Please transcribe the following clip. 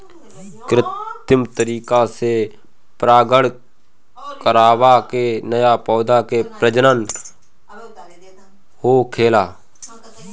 कित्रिम तरीका से परागण करवा के नया पौधा के प्रजनन होखेला